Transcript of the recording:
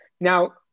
Now